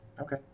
Okay